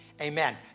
Amen